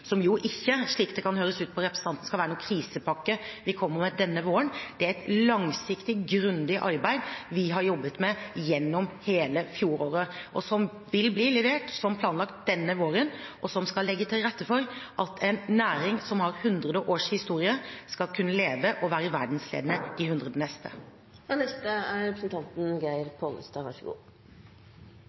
som jo ikke – slik det kan høres ut på representanten – skal være noen krisepakke vi kommer med denne våren. Det er et langsiktig, grundig arbeid som vi har jobbet med gjennom hele fjoråret, som vil bli levert som planlagt denne våren, og som skal legge til rette for at en næring som har hundre års historie, skal kunne leve og være verdensledende i de